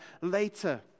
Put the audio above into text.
later